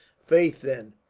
faith, then,